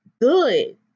good